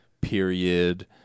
period